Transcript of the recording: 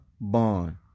Bond